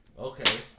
Okay